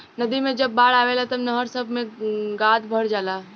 नदी मे जब बाढ़ आवेला तब नहर सभ मे गाद भर जाला